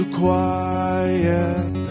quiet